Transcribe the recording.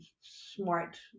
smart